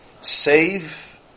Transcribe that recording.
Save